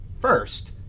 first